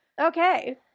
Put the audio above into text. Okay